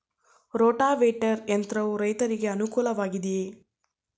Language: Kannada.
ರೋಟಾವೇಟರ್ ಯಂತ್ರವು ರೈತರಿಗೆ ಅನುಕೂಲ ವಾಗಿದೆಯೇ?